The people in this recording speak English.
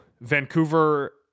Vancouver